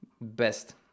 best